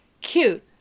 Cute